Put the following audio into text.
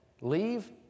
leave